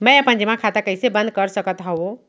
मै अपन जेमा खाता कइसे बन्द कर सकत हओं?